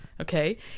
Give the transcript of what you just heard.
okay